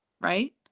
right